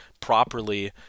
properly